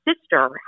sister